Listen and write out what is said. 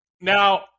Now